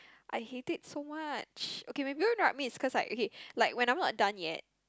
I hate it so much okay people interrupt me is cause like okay like when I'm not done yet